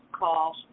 calls